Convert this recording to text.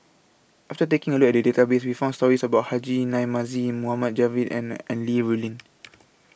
after taking A Look At The Database We found stories about Haji Namazie Mohamed Javad and An Li Rulin